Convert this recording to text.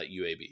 UAB